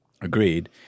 Agreed